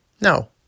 No